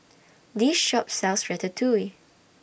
This Shop sells Ratatouille